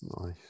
Nice